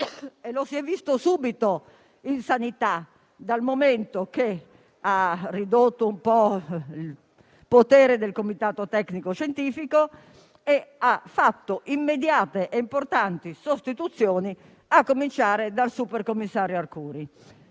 e lo si è visto subito in materia sanitaria, dal momento che ha ridotto un po' il potere del Comitato tecnico-scientifico e ha fatto immediate e importanti sostituzioni, a cominciare dal supercommissario Arcuri.